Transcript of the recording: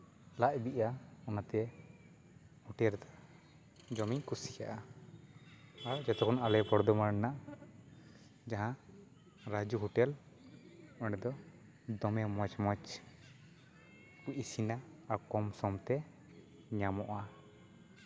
ᱞᱟᱡ ᱵᱤᱜᱼᱟ ᱚᱱᱟᱛᱮ ᱦᱳᱴᱮᱞ ᱨᱮ ᱡᱚᱢᱤᱧ ᱠᱩᱥᱤᱭᱟᱜᱼᱟ ᱟᱨ ᱡᱚᱛᱚ ᱠᱷᱚᱱ ᱟᱞᱮ ᱵᱚᱨᱫᱷᱚᱢᱟᱱ ᱨᱮᱱᱟᱜ ᱡᱟᱦᱟᱸ ᱨᱟ ᱡᱩ ᱦᱳᱴᱮᱞ ᱚᱸᱰᱮ ᱫᱚ ᱫᱚᱢᱮ ᱢᱚᱡᱽ ᱢᱚᱡᱽ ᱠᱚ ᱤᱥᱤᱱᱟ ᱟᱨ ᱠᱚᱢ ᱥᱚᱢ ᱛᱮ ᱧᱟᱢᱚᱜᱼᱟ